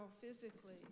physically